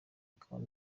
akaba